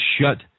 shut